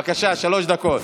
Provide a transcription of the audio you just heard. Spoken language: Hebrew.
בבקשה, שלוש דקות.